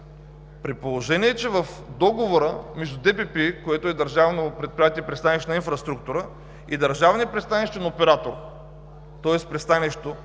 При положение че в договора между ДППИ – Държавно предприятие „Пристанищна инфраструктура“, и държавния пристанищен оператор, тоест пристанището,